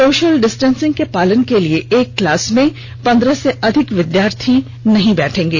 social distancing के पालन के लिए एक क्लास में पन्द्रह से अधिक विद्यार्थी नहीं बैठेंगे